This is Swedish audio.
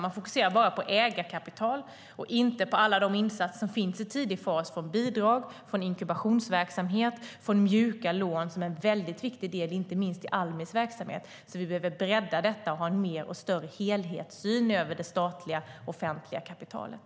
De fokuserar bara på ägarkapital och inte på alla de insatser som finns i tidig fas från bidrag, från inkubationsverksamhet och från mjuka lån som är en viktig del, inte minst i Almis verksamhet. Vi behöver bredda detta och ha en större helhetssyn på det statliga offentliga kapitalet.